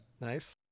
Nice